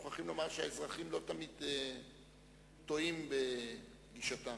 נמשיך, כי הזמנו גם ארוחת בוקר.